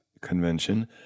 convention